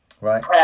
Right